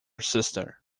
sister